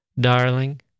darling